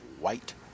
white